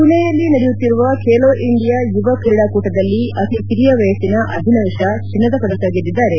ಪುಣೆಯಲ್ಲಿ ನಡೆಯುತ್ತಿರುವ ಖೇಲೋ ಇಂಡಿಯಾ ಯುವ ಕ್ರೀಡಾ ಕೂಟದಲ್ಲಿ ಅತಿ ಕಿರಿಯ ವಯಸ್ಸಿನ ಅಭಿನವ್ ಶಾ ಚಿನ್ನದ ಪದಕ ಗೆದ್ದಿದ್ದಾರೆ